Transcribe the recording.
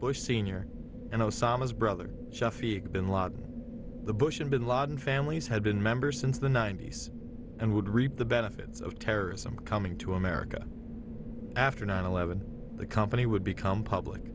bush senior and osama's brother jeff the bin laden with the bush and bin laden families had been members since the ninety's and would reap the benefits of terrorism coming to america after nine eleven the company would become public